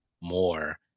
more